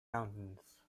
mountains